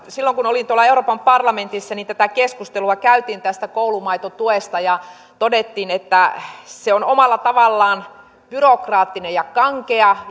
silloin kun olin euroopan parlamentissa niin keskustelua käytiin koulumaitotuesta ja todettiin että se on omalla tavallaan byrokraattinen ja kankea